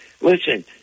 Listen